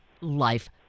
life